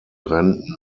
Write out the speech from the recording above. renten